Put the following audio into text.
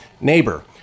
Neighbor